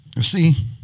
See